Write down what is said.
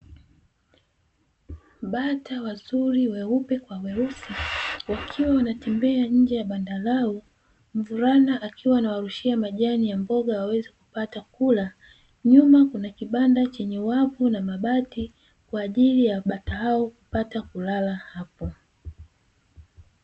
Bata wazuri weupe kwa weusi wakiwa wanatembea nje ya banda lao mvulana akiwa anawarushia majani ya mboga waweze kupata kula, nyuma kuna kibanda chenye wavu na mabati kwa ajili ya bata hao kupata kulala hapo.